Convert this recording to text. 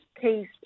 case